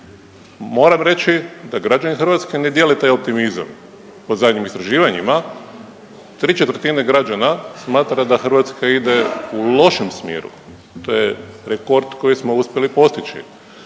Moram reći da građani Hrvatske ne dijele taj optimizam, po zadnjim istraživanjima tri četvrtine građana smatra da Hrvatska ide u lošem smjeru, to je rekord koji smo uspjeli postići,